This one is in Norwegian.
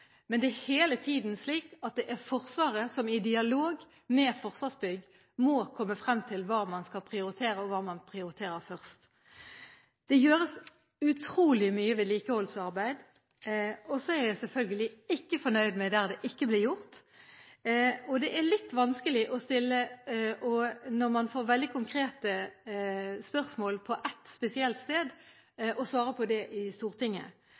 men det er hele tiden slik at det er Forsvaret som i dialog med Forsvarsbygg må komme frem til hva man skal prioritere og hva man prioriterer først. Det gjøres utrolig mye vedlikeholdsarbeid. Så er jeg selvfølgelig ikke fornøyd med det der det ikke blir gjort. Det er litt vanskelig når man får veldig konkrete spørsmål på et spesielt felt å svare på det i Stortinget,